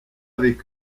avec